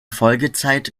folgezeit